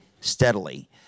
steadily